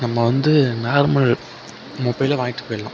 நம்ம வந்து நார்மல் மொபைலே வாங்கிவிட்டு போயிட்லாம்